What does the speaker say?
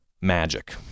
magic